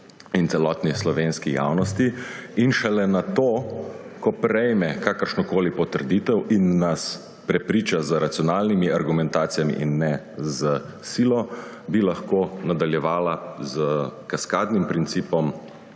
in celotni slovenski javnosti in šele nato, ko prejme kakršnokoli potrditev in nas prepriča z racionalnimi argumentacijami in ne s silo, bi lahko nadaljevala s kaskadnim principom,